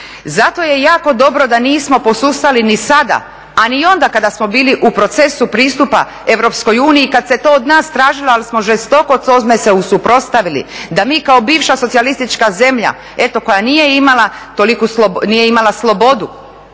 Zato je jako dobro da nismo posustali ni sada, a ni onda kada smo bili u procesu pristupa EU kad se to od nas tražilo ali smo se žestoko tome suprotstavili, da mi kao bivša socijalistička zemlja eto koja nije imala slobodu,